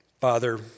Father